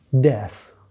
death